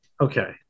Okay